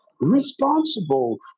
responsible